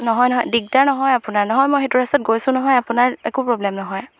নহয় নহয় দিগদাৰ নহয় আপোনাৰ নহয় মই সেইটো ৰাস্তাত গৈছোঁ নহয় আপোনাৰ একো প্ৰব্লেম নহয়